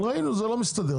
אבל ראינו שזה לא מסתדר,